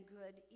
good